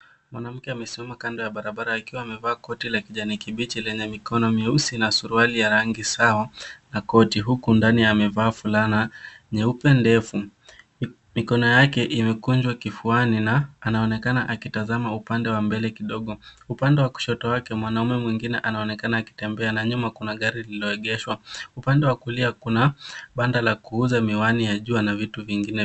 Mwanamke amesimama kando ya barabara akiwa amevaa koti la kijani kibichi lenye mikono myeusi na suruali ya rangi sawa na koti, huku ndani amevaa fulana nyeupe ndefu. Mikono yake imekunjwa kifuani na anaonekana akitazama upande wa mbele kidogo. Upande wa kushoto wake mwanaume mwingine anaonekana akitembea na nyuma kuna gari lililoegeshwa. Upande wa kulia kuna banda la kuuzia miwani ya jua na vitu vingine.